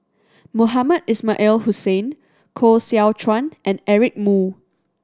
Mohamed Ismail Hussain Koh Seow Chuan and Eric Moo